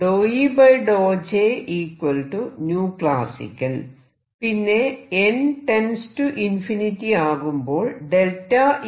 ∂E∂Jclasical പിന്നെ n ആകുമ്പോൾ Eh→τclasical